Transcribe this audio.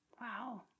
Wow